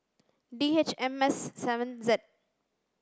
D H M S seven Z